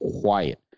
quiet